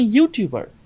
YouTuber